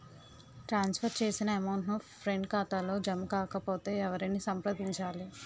ట్రాన్స్ for చేసిన amount నా friend ఖాతాలో జమ కాకపొతే ఎవరిని సంప్రదించాలి?